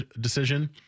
decision